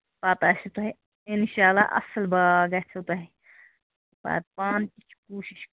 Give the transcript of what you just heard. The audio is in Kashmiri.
پَتہٕ آسوٕ تۄہہِ اِنشاللہ اَصٕل باغ گژھوٕ تۄہہِ پَتہٕ پانہٕ کوٗشِش کَرٕنۍ